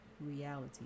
reality